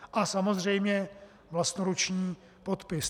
A samozřejmě vlastnoruční podpis.